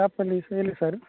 ಶಾಪ ಎಲ್ಲಿ ಎಲ್ಲಿ ಸರ್